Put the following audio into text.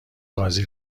قاضی